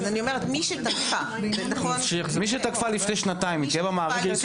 מי שתקפה לפני שנתיים, היא תהיה במערכת?